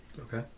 Okay